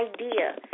idea